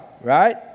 right